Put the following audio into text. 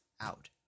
out